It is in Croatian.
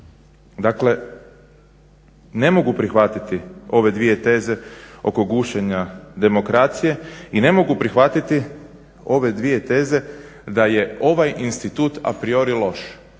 Dakle ne mogu prihvatiti ove dvije teze oko gušenja demokracije i ne mogu prihvatiti ove dvije teze da je ovaj institut apriori loš.